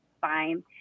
fine